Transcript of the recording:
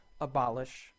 abolish